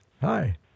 hi